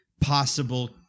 possible